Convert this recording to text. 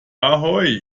ahoi